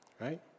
right